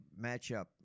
matchup